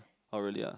oh really ah